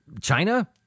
China